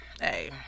hey